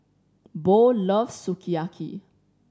Bo loves Sukiyaki